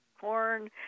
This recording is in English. corn